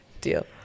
Deal